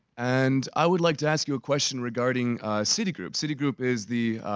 and i would like to ask you a question regarding citigroup, citigroup is the,